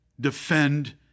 defend